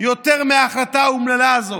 יותר מההחלטה האומללה הזו.